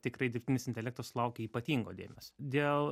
tikrai dirbtinis intelektas sulaukė ypatingo dėmesio dėl